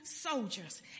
soldiers